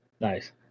Nice